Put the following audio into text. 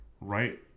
Right